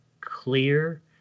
clear